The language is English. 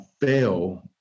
fail